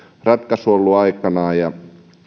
ratkaisu ollut aikanaan ja